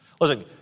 Listen